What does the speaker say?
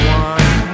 one